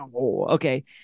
Okay